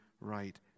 right